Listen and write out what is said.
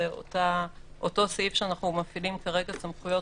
זה אותו סעיף שאנחנו מפעילים כרגע סמכויות